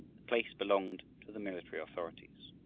the place belonged to the military authorities.